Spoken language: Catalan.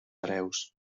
hereus